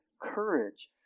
courage